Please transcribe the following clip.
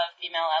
female